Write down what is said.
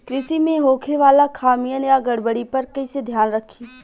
कृषि में होखे वाला खामियन या गड़बड़ी पर कइसे ध्यान रखि?